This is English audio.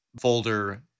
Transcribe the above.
folder